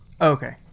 Okay